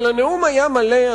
אבל הנאום היה מלא,